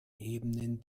ebenen